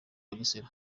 bugesera